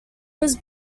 was